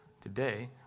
today